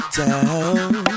down